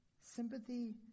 sympathy